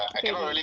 okay okay